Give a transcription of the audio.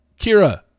Kira